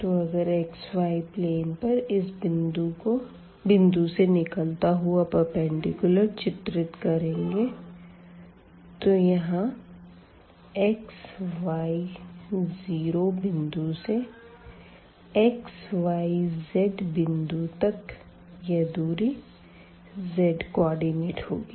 तो अगर xy plane पर इस बिंदु से निकलता हुआ एक प्रपेंडिकूलर चित्रित करेंगे तो यहाँ xy 0 बिंदु से xyz बिंदु तक यह दूरी z कोऑर्डिनेट होगी